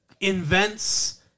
invents